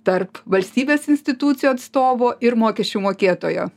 tarp valstybės institucijų atstovo ir mokesčių mokėtojo